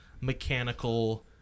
mechanical